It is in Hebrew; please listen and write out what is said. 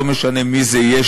לא משנה מי זה יהיה,